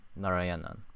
Narayanan